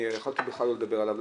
אני יכולתי בכלל לא לדבר עליו,